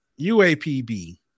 UAPB